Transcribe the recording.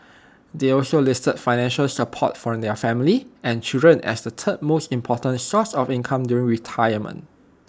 they also listed financial support from their family and children as the third most important source of income during retirement